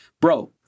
bro